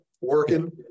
working